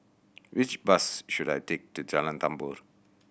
which bus should I take to Jalan Tambur